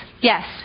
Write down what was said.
Yes